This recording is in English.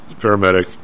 Paramedic